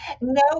No